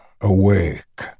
awake